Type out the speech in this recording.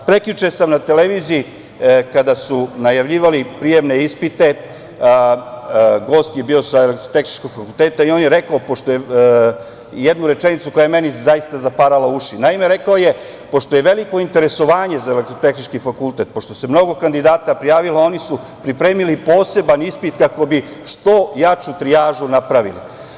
Prekjuče sam na televiziji, kada su najavljivali prijemne ispite, gost je bio sa Elektrotehničkog fakulteta i on je rekao jednu rečenicu koja je meni zaista zaparala uši - pošto je veliko interesovanje za Elektrotehnički fakultet, pošto se mnogo kandidata prijavilo, oni su pripremili poseban ispit kako bi što jaču trijažu napravili.